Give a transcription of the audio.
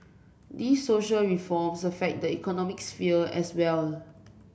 these social reforms affect the economic sphere as well